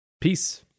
Peace